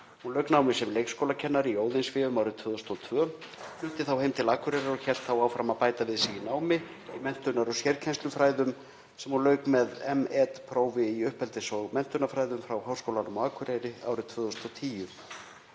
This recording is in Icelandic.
Hún lauk námi sem leikskólakennari í Óðinsvéum árið 2002, flutti þá heim til Akureyrar og hélt þar áfram að bæta við sig námi í menntunar- og sérkennslufræðum sem hún lauk með M.Ed.-prófi í uppeldis- og menntunarfræðum frá Háskólanum á Akureyri árið 2010.